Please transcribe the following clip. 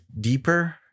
deeper